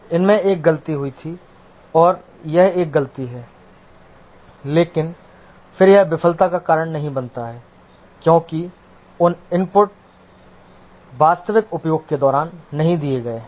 इसमें एक गलती हुई थी और यह एक गलती है लेकिन फिर यह विफलता का कारण नहीं बनता है क्योंकि उन इनपुट वास्तविक उपयोग के दौरान नहीं दिए गए हैं